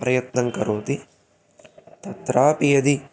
प्रयत्नं करोति तत्रापि यदि